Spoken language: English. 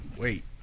Wait